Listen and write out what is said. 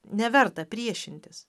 neverta priešintis